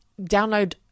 download